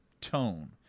tone